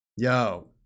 Yo